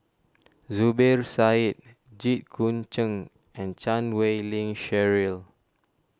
Zubir Said Jit Koon Ch'ng and Chan Wei Ling Cheryl